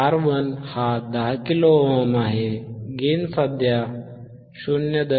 R1हा 10 kilo ohm आहे gain सध्या 0